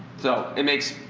so it makes,